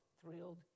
thrilled